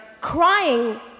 crying